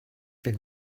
been